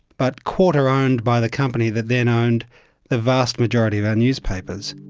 but quarter-owned by the company that then owned the vast majority of our newspapers.